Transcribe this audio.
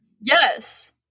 Yes